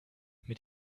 mit